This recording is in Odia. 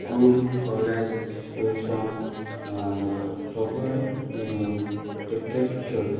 ସ୍କୁଲ୍ କେଲେଜ୍ ଟ୍ୟୁସନ୍ ସବୁଆଡ଼େ କ୍ରିକେଟ୍ ଖେଳୁ